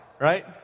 right